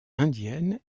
indiennes